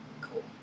Cool